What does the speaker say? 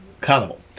Carnival